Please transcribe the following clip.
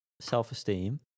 self-esteem